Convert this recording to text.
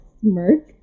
smirk